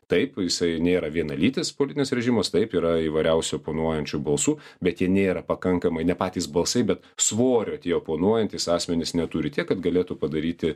taip jisai nėra vienalytis politinis režimas taip yra įvairiausių oponuojančių balsų bet jie nėra pakankamai ne patys balsai bet svorio tie oponuojantys asmenys neturi tiek kad galėtų padaryti